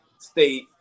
state